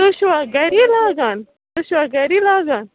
تۄہہِ چھُوا گَرِ یہِ لاگان تُہۍ چھُوا گَرِ یہِ لاگان